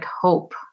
hope